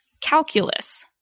calculus